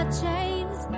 chains